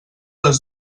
les